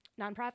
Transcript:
nonprofit